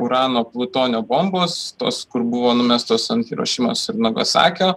urano plutonio bombos tos kur buvo numestos ant hirošimos ir nagasakio